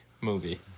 movie